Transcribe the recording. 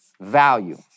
value